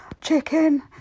chicken